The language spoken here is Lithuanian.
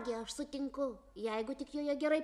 gi aš sutinku jeigu tik joje gerai